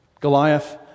Goliath